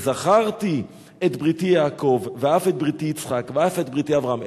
"וזכרתי את בריתי יעקוב ואף את בריתי יצחק ואף את בריתי אברהם".